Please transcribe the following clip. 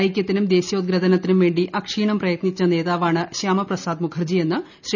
ഐക്യത്തിനും ദേശീയോദ്ഗ്രഥനത്തിനും വേണ്ടി അക്ഷീണം പ്രയത്നിച്ച നേതാവാണ് ശ്യാമപ്രസാദ് മുഖർജിയെന്ന് ശ്രീ